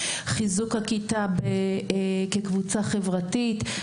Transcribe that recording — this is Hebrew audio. חיזוק הכיתה כקבוצה חברתית.